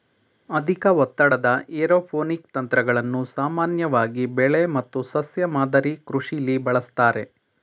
ಅಧಿಕ ಒತ್ತಡದ ಏರೋಪೋನಿಕ್ ತಂತ್ರಗಳನ್ನು ಸಾಮಾನ್ಯವಾಗಿ ಬೆಳೆ ಮತ್ತು ಸಸ್ಯ ಮಾದರಿ ಕೃಷಿಲಿ ಬಳಸ್ತಾರೆ